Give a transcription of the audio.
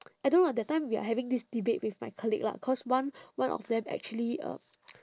I don't know lah that time we are having this debate with my colleague lah because one one of them actually uh